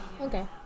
okay